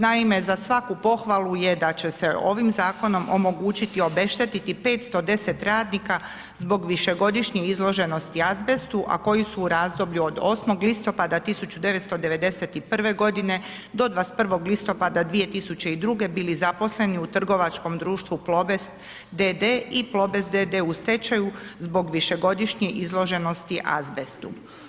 Naime, za svaku pohvalu je da će se ovim zakonom omogućiti obeštetiti 510 radnika zbog višegodišnje izloženosti azbestu, a koji su od razdoblju od 8. listopada 1991. godine do 21. listopada 2002. bili zaposleni u trgovačkom društvu Plobest d.d. i Plobest d.d. u stečaju zbog višegodišnje izloženosti azbestu.